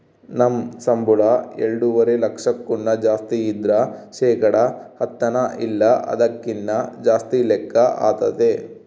ನಮ್ ಸಂಬುಳ ಎಲ್ಡುವರೆ ಲಕ್ಷಕ್ಕುನ್ನ ಜಾಸ್ತಿ ಇದ್ರ ಶೇಕಡ ಹತ್ತನ ಇಲ್ಲ ಅದಕ್ಕಿನ್ನ ಜಾಸ್ತಿ ಲೆಕ್ಕ ಆತತೆ